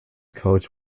coach